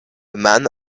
man